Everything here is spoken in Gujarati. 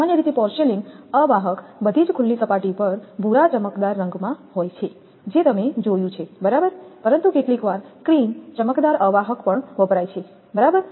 સામાન્ય રીતે પોર્સેલેઇન અવાહક બધી જ ખુલ્લી સપાટી પર ભૂરા ચમકદાર રંગમાં હોય છે જે તમે જોયું છે બરાબર પરંતુ કેટલીકવાર ક્રીમ ચમકદાર અવાહક પણ વપરાય છે બરાબર